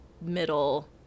middle